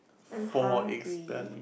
I'm hungry